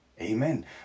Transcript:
Amen